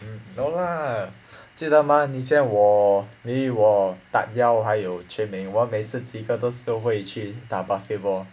mm no lah 记得 mah 以前我你我 tat yao 还有 quan ming 我们每次几个都是都会去打 basketball